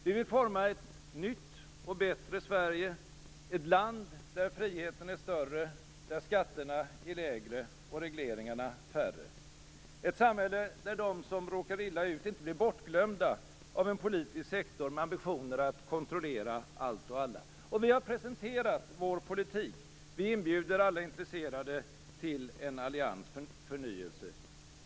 Vi vill forma ett nytt och bättre Sverige, ett land där friheten är större, skatterna lägre och regleringarna färre. Vi vill forma ett samhälle där de som råkar illa ut inte blir bortglömda av en politisk sektor med ambitioner att kontrollera allt och alla. Vi har presenterat vår politik. Vi inbjuder alla intresserade till en allians för förnyelse.